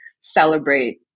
celebrate